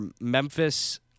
Memphis